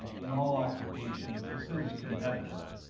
in all occupations this is competitive.